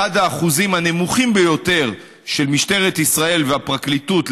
אחד האחוזים הנמוכים ביותר של משטרת ישראל והפרקליטות,